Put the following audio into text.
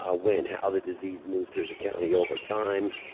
ah when? how the disease moved through the county over time?